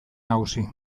nagusi